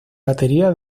batería